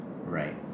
Right